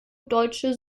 deutsche